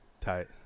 tight